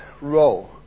row